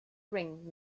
ring